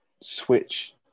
switch